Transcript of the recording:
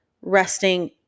resting